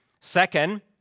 Second